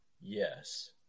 Yes